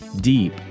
deep